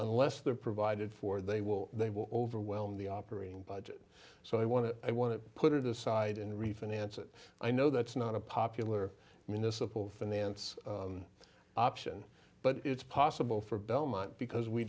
unless they're provided for they will they will overwhelm the operating budget so i want to i want to put it aside and refinance it i know that's not a popular municipal finance option but it's possible for belmont because we